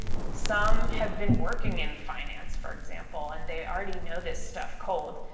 some have been working in finance, for example, and they already know this stuff cold.